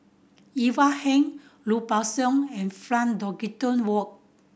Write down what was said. Ivan Heng Lui Pao Chuen and Frank Dorrington Ward